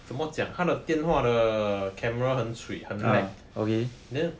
怎么讲她的电话的 camera 很 cui 很 lag then